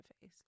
face